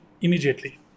immediately